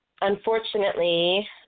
Unfortunately